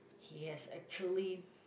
he has actually